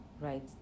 right